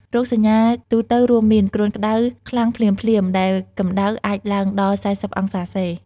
រោគសញ្ញាទូទៅរួមមាន គ្រុនក្តៅខ្លាំងភ្លាមៗ ដែលកម្ដៅអាចឡើងដល់ ៤០ អង្សាសេ។